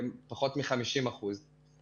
שמיקום ישראל הוא 59 בקריטריון של נטל הרגולציה על